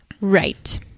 Right